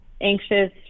anxious